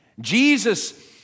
Jesus